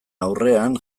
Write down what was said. aurrean